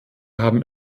haben